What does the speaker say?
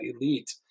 elite